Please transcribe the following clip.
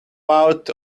out